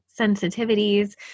sensitivities